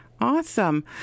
Awesome